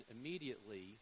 immediately